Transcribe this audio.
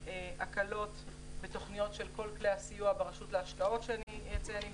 הקלות בתוכניות של כל כלי הסיוע ברשות להשקעות שאציין ואפרט,